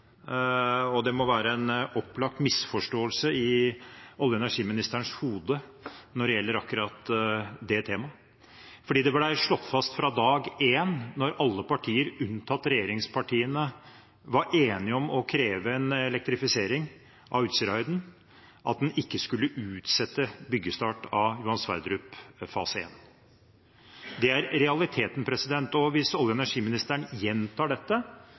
og det må være en opplagt misforståelse i olje- og energiministerens hode når det gjelder akkurat det temaet. Det ble slått fast fra dag én, da alle partiene, unntatt regjeringspartiene, var enige om å kreve elektrifisering av Utsirahøyden, at en ikke skulle utsette byggestart av Johan Sverdrup fase 1. Det er realiteten, og hvis olje- og energiministeren gjentar dette,